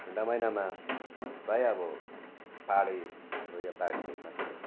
ठन्डा महिनामा प्राय अब पहाडी हाम्रो यहाँ पहाडी भेगमा चाहिँ